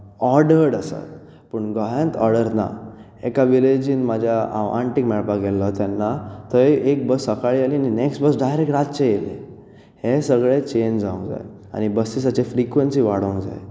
ordered आसा पूण गोंयांत ऑर्डर ना एका विलेजीन म्हज्या हांव आंटीक मेळपाक गेल्लो तेन्ना थंय एक बस सकाळी आयली आनी नॅक्स्ट बस डायरेक्ट रातची येयली हें सगळें चेंज जावंक जाय आनी बसींचें फ्रिक्वेंसी वाडोवंक जाय